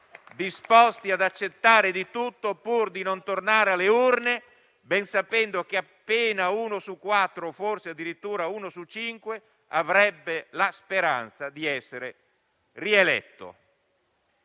disposti ad accettare di tutto pur di non tornare alle urne, ben sapendo che appena uno su quattro o, forse, addirittura uno su cinque avrebbe la speranza di essere rieletto.